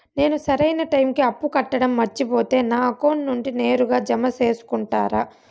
నేను సరైన టైముకి అప్పు కట్టడం మర్చిపోతే నా అకౌంట్ నుండి నేరుగా జామ సేసుకుంటారా?